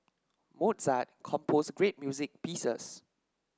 Mozart composed great music pieces